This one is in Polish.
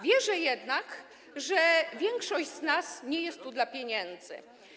Wierzę jednak, że większość z nas nie jest tu dla pieniędzy.